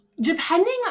Depending